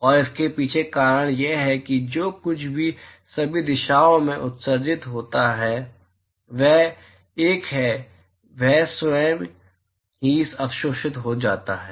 और इसके पीछे कारण यह है कि जो कुछ भी सभी दिशाओं में उत्सर्जित होता है वह एक है वह स्वयं ही अवशोषित हो जाता है